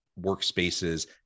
workspaces